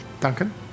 Duncan